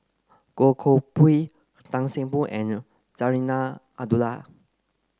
Goh Koh Pui Tan Seng Poh and Zarinah Abdullah